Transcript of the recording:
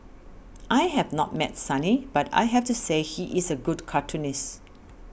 I have not met Sonny but I have to say he is a good cartoonist